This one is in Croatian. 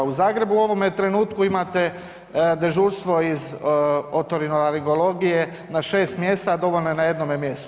U Zagrebu u ovome trenutku imate dežurstvo iz otorinolaringologije na 6 mjesta, a dovoljno je na jednome mjestu.